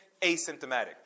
asymptomatic